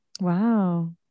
Wow